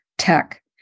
Tech